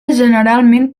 generalment